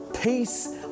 peace